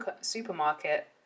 supermarket